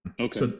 Okay